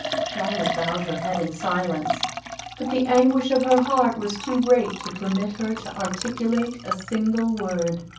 charlotte bowed her head in silence but the anguish of her heart was too great to permit her to articulate a single word.